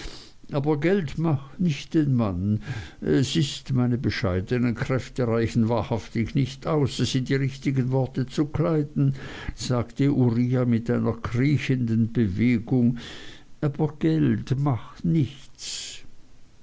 aber geld macht nicht den mann es ist meine bescheidenen kräfte reichen wahrhaftig nicht aus es in die richtigen worte zu kleiden sagte uriah mit einer kriechenden bewegung aber geld machts nicht